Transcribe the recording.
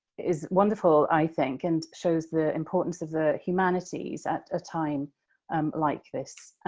is wonderful, i think, and shows the importance of the humanities at a time um like this.